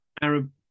Arab